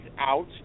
out